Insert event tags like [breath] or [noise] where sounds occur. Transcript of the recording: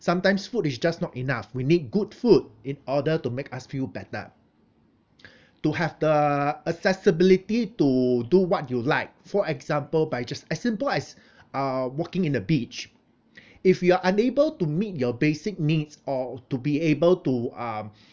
sometimes food is just not enough we need good food in order to make us feel better [breath] to have the accessibility to do what you like for example by just as simple as [breath] uh walking in the beach [breath] if you are unable to meet your basic needs or to be able to um [breath]